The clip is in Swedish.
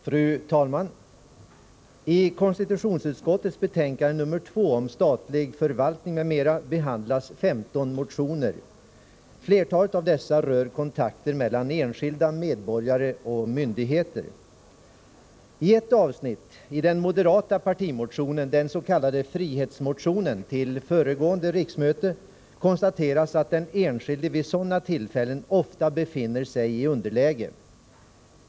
Fru talman! I konstitutionsutskottets betänkande nr 2 om statlig förvaltning m.m. behandlas 15 motioner. Flertalet av dessa rör kontakter mellan enskilda medborgare och myndigheter. I ett avsnitt av den moderata partimotionen, den s.k. frihetsmotionen, till föregående riksmöte konstateras att den enskilde vid sådana tillfällen ofta befinner sig i underläge.